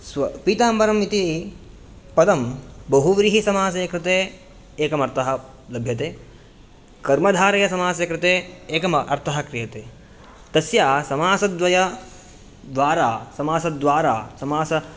स्व पीताम्बरमिति पदं बहुव्रीहिसमासे कृते एकमर्थः लभ्यते कर्मधारयसमासे कृते एकमर्थः क्रियते तस्य समासद्वयद्वारा समासद्वारा समास